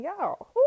Y'all